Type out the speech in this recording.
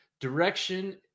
Direction